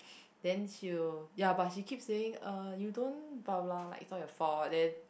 then she'll ya but she keep saying er you don't blah blah it's all your fault then